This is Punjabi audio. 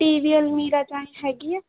ਟੀ ਵੀ ਅਲਮੀਰਾ ਜਾਣੀ ਹੈਗੀ ਹੈ